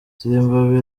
zimbabwe